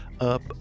Up